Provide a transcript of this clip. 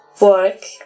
work